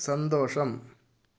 സന്തോഷം